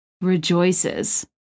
rejoices